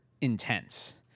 intense